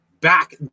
back